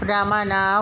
Ramana